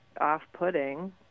off-putting